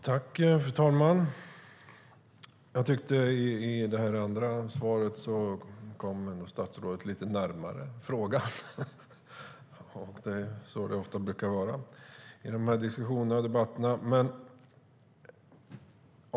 Fru talman! I sitt andra svar kom statsrådet lite närmare frågan. Det är så som det ofta brukar vara i interpellationsdebatter.